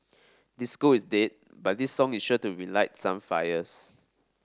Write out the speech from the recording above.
disco is dead but this song is sure to relight some fires